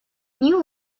new